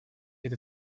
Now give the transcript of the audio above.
этой